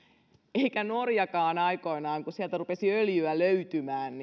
eivätkä norjaankaan aikoinaan kun sieltä rupesi öljyä löytymään